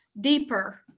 deeper